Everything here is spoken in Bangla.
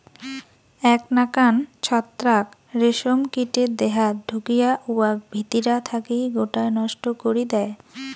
এ্যাক নাকান ছত্রাক রেশম কীটের দেহাত ঢুকিয়া উয়াক ভিতিরা থাকি গোটায় নষ্ট করি দ্যায়